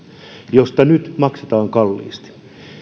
josta nyt maksetaan kalliisti